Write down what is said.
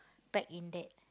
pack in that